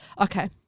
Okay